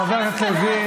חבר הכנסת לוין.